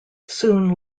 soon